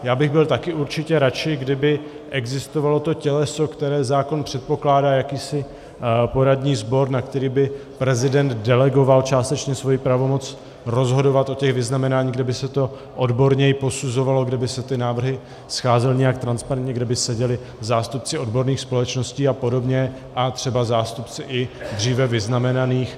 Já bych byl taky určitě radši, kdyby existovalo to těleso, které zákon předpokládá, jakýsi poradní sbor, na který by prezident delegoval částečně svoji pravomoc rozhodovat o těch vyznamenáních, kde by se to odborněji posuzovalo, kde by se návrhy scházely nějak transparentně, kde by seděli zástupci odborných společností apod. a třeba zástupci i dříve vyznamenaných.